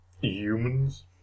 Humans